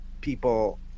People